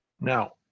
Now